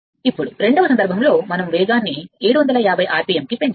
ఇప్పుడు రెండవ సందర్భంలో మనం వేగాన్ని 750 ఆర్పిఎమ్ కి పెంచాలి